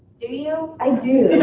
do you? i do.